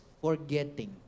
forgetting